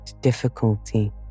difficulty